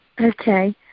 Okay